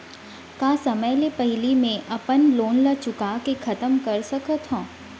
का समय ले पहिली में अपन लोन ला चुका के खतम कर सकत हव?